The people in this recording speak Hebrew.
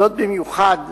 זאת במיוחד